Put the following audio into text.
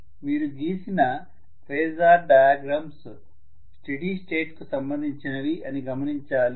మీరు గీసిన phasor diagrams steady state కి సంబంధించినవి అని గమనించాలి